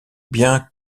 bien